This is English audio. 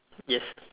yes